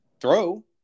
throw